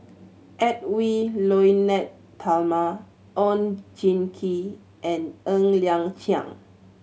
Edwy Lyonet Talma Oon Jin Gee and Ng Liang Chiang